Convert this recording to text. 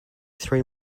three